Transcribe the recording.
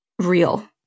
real